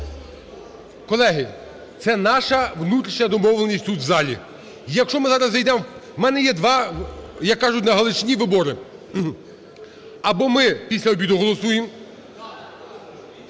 Колеги, це наша внутрішня домовленість тут, в залі. Якщо ми зараз зайдемо… у мене є два, як кажуть на Галичині, вибори: або ми після обіду голосуємо…